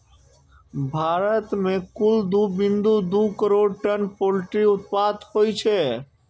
भारत मे कुल दू बिंदु दू करोड़ टन पोल्ट्री उत्पादन होइ छै